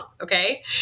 Okay